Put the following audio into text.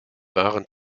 waren